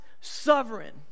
sovereign